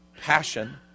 Passion